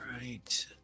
Right